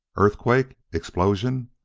earthquake explosion?